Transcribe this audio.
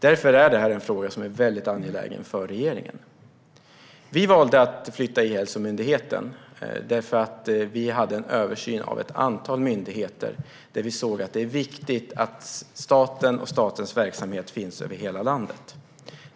Därför är detta en fråga som är väldigt angelägen för regeringen. Vi valde att flytta E-hälsomyndigheten, för vi hade en översyn av ett antal myndigheter där vi såg att det är viktigt att statens verksamhet finns över hela landet.